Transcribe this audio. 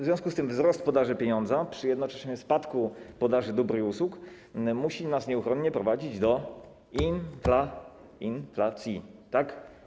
W związku z tym wzrost podaży pieniądza przy jednoczesnym spadku podaży dóbr i usług musi nas nieuchronnie prowadzić do inflacji, tak?